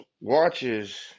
watches